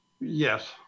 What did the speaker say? Yes